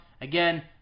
Again